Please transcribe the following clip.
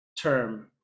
term